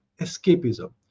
escapism